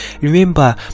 Remember